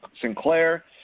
Sinclair